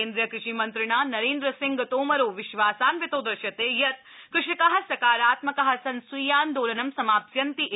केन्द्रीय कृषि मन्त्रिणा नरेन्द्र सिंह तोमरो विश्वासान्वितो दृश्यते यत् कृषका सकारात्मका सन् स्वीयान्दोलनं समाप्स्यन्ति इति